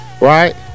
Right